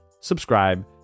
subscribe